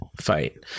fight